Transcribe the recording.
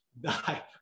die